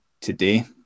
today